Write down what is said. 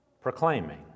proclaiming